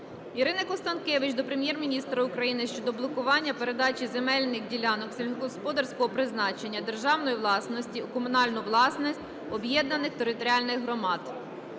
Ірини Констанкевич до Прем'єр-міністра України щодо блокування передачі земельних ділянок сільськогосподарського призначення державної власності у комунальну власність об'єднаним територіальним громадам.